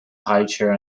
highchair